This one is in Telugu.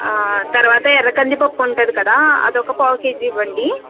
తర్వాత ఎర్ర కందిపప్పు ఉంటుంది కదా అదొక పావుకేజీ ఇవ్వండి